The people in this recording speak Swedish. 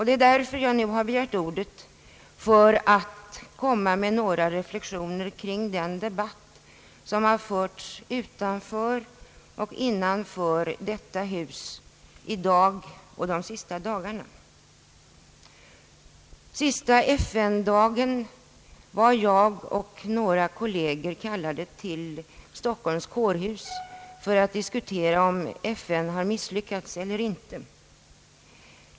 Det är därför jag nu har begärt ordet för att komma med några reflexioner kring den debatt som har förts utanför och innanför detta hus — i dag och de senaste dagarna. Senaste FN-dag var jag och några kolleger till mig kallade till Stockholms kårhus för att diskutera om FN hade misslyckats eller inte.